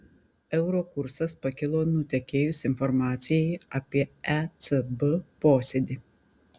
euro kursas pakilo nutekėjus informacijai apie ecb posėdį